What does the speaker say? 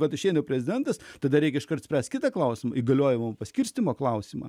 vat šiedu prezidentas tada reikia iškart spręs kitą klausimo įgaliojimų paskirstymo klausimą